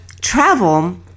travel